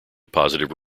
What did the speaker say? positive